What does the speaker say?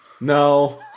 No